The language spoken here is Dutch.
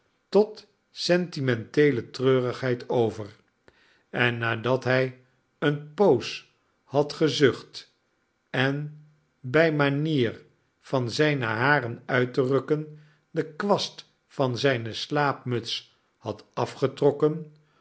tot sentimenteele treurigheid over en nadat hij eene poos had gezucht en by manier van zijne haren uit te rukken den kwast van zijne slaapmuts had afgetrokken